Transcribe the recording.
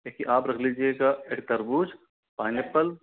देखिए आप रख लीजिएगा एक तरबूज पाइनऐप्पल